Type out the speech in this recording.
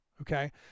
okay